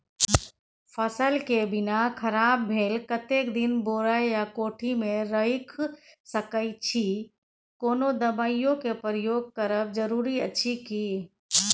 फसल के बीना खराब भेल कतेक दिन बोरा या कोठी मे रयख सकैछी, कोनो दबाईयो के प्रयोग करब जरूरी अछि की?